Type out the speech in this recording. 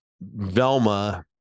Velma